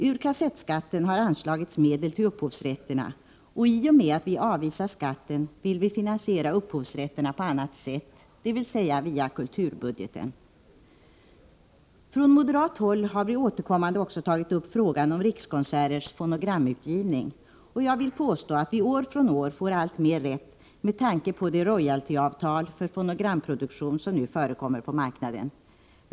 Från kassettskatten har anslagits medel för upphovsrätterna, och i och med att vi avvisar skatten vill vi finansiera upphovsrätterna på annat sätt, dvs. via kulturbudgeten. Från moderat håll har vi återkommande också tagit upp frågan om Rikskonserters fonogramutgivning, och jag vill påstå att vi år från år får alltmer rätt, med tanke på de royaltyavtal för fonogramproduktion som nu förekommer på marknaden.